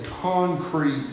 concrete